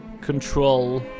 control